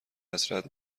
حسرت